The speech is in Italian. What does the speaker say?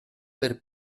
per